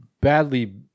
badly